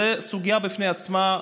זאת סוגיה בפני עצמה,